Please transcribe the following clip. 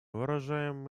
выражаем